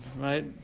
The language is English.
right